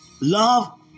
Love